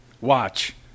Watch